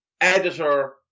editor